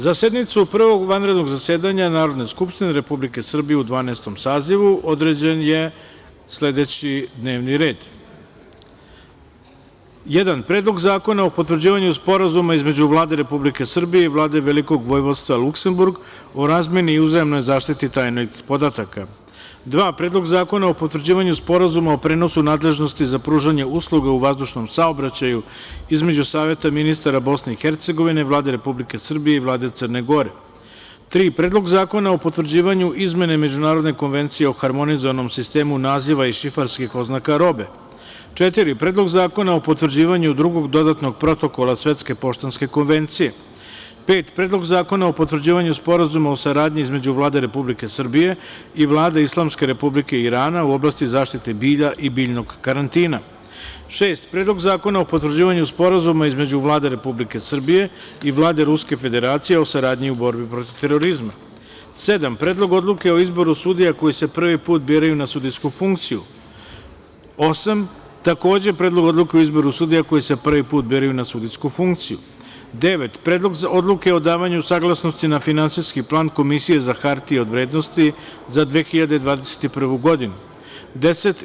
Za sednicu Prvog vanrednog zasedanja Narodne skupštine Republike Srbije u Dvanaestom sazivu određen je sledeći D n e v n i r e d 1. Predlog zakona o potvrđivanju Sporazuma između Vlade Republike Srbije i Vlade Velikog Vojvodstva Luksemburg o razmeni i uzajamnoj zaštiti tajnih podataka; 2. Predlog zakona o potvrđivanju Sporazuma o prenosu nadležnosti za pružanje usluga u vazdušnom saobraćaju između Saveta ministara Bosne i Hercegovine, Vlade Republike Srbije i Vlade Crne Gore; 3. Predlog zakona o potvrđivanju izmene Međunarodne konvencije o Harmonizovanom sistemu naziva i šifarskih oznaka robe; 4. Predlog zakona o potvrđivanju Drugog dodatnog protokola Svetske poštanske konvencije; 5. Predlog zakona o potvrđivanju Sporazuma o saradnji između Vlade Republike Srbije i Vlade Islamske Republike Irana u oblasti zaštite bilja i biljnog karantina; 6. Predlog zakona o potvrđivanju Sporazuma između Vlade Republike Srbije i Vlade Ruske Federacije o saradnji u borbi protiv terorizma; 7. Predlog odluke o izboru sudija koji se prvi put biraju na sudijsku funkciju; 8. Predlog odluke o izboru sudija koji se prvi put biraju na sudijsku funkciju; 9. Predlog odluke o davanju saglasnosti na Finansijski plan Komisije za hartije od vrednosti za 2021. godinu; 10.